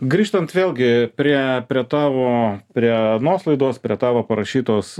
grįžtant vėlgi prie prie tavo prie anos laidos prie tavo parašytos